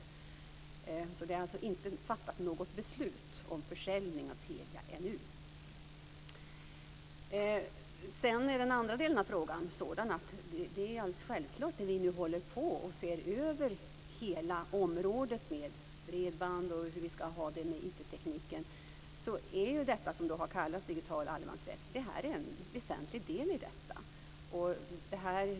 Något beslut är alltså inte fattat om försäljning av Telia ännu. Den andra delen av frågan är att vi håller på och ser över hela området med bredband och hur vi ska ha det med IT-tekniken. Det som har kallats digital allemansrätt är en väsentlig del i detta.